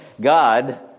God